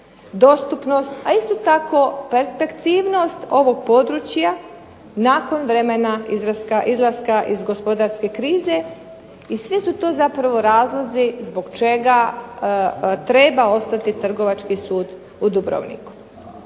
dostupnost, a isto tako perspektivnost ovog područja nakon vremena izlaska iz gospodarske krize, i sve su to zapravo razlozi zbog čega treba ostati Trgovački sud u Dubrovniku.